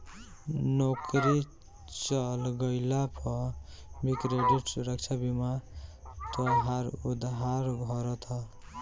नोकरी चल गइला पअ भी क्रेडिट सुरक्षा बीमा तोहार उधार भरत हअ